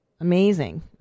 Amazing